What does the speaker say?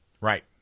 Right